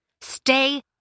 Stay